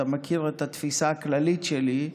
אתה מכיר את התפיסה הכללית שלי,